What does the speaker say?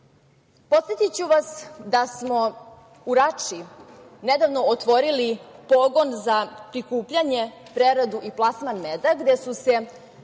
unazad. Podsetiću vas da smo u Rači nedavno otvorili pogon za prikupljanje, preradu i plasman meda, gde su se